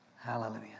Hallelujah